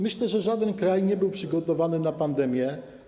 Myślę, że żaden kraj nie był przygotowany na pandemię.